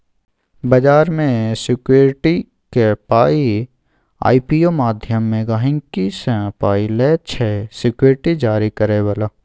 बजार मे सिक्युरिटीक पाइ आइ.पी.ओ माध्यमे गहिंकी सँ पाइ लैत छै सिक्युरिटी जारी करय बला